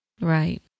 Right